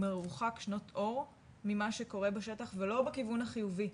מרוחק שנות אור ממה שקורה בשטח ולא בכיוון החיובי.